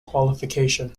qualification